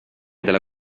della